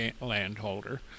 landholder